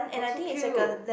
oh so cute